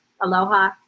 Aloha